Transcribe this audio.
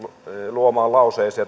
luomaan lauseeseen